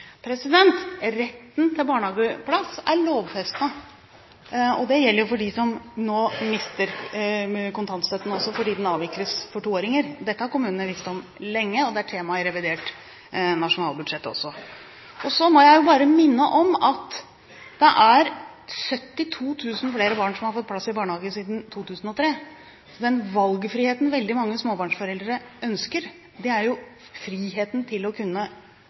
Retten til barnehageplass er lovfestet. Det gjelder også for dem som nå mister kontantstøtten fordi den avvikles for toåringer. Dette har kommunene visst om lenge, og det er tema i revidert nasjonalbudsjett også. Så må jeg bare minne om at det er 72 000 flere barn som har fått plass i barnehage siden 2003. Den valgfriheten veldig mange småbarnsforeldre ønsker, er jo friheten til å kunne